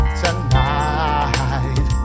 tonight